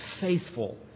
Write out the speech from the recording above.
faithful